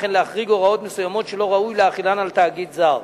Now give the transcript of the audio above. וכן להחריג הוראות מסוימות שלא ראוי להחילן על תאגיד זר.